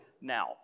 Now